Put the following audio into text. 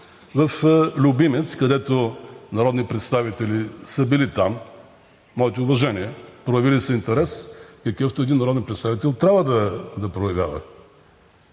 в Любимец, където са били народни представители. Моите уважения, проявили са интерес, какъвто един народен представител трябва да проявява.